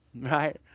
right